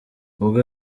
ubwo